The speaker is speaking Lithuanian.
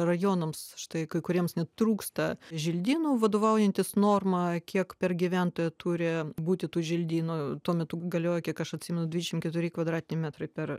rajonams štai kai kuriems net trūksta želdynų vadovaujantis norma kiek per gyventoją turi būti tų želdynų tuo metu galiojo kiek aš atsimenu dvidešim keturi kvadratiniai metrai per